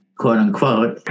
quote-unquote